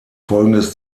folgendes